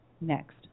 next